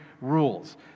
rules